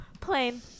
Plain